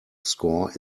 score